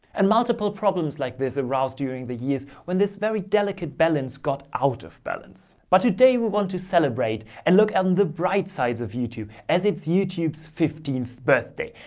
and multiple problems like this aroused during the years when this very delicate balance got out of balance. but today we want to celebrate and look on the bright sides of youtube as it's youtube's fifteenth birthday.